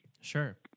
sure